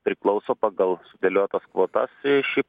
priklauso pagal sudėliotas kvotas ši